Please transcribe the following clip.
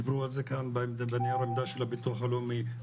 דיברו על זה בנייר העמדה של הביטוח הלאומי,